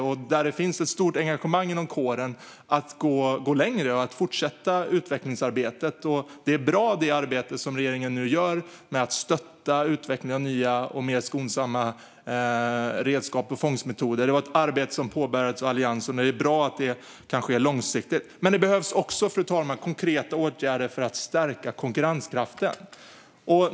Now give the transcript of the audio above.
Det finns också ett stort engagemang inom kåren för att gå längre och fortsätta utvecklingsarbetet. Det arbete som regeringen nu gör med att stötta utvecklingen av nya och mer skonsamma redskap och fångstmetoder är bra. Det är ett arbete som påbörjades av Alliansen. Det är bra att det kan ske långsiktigt. Men det behövs också konkreta åtgärder för att stärka konkurrenskraften.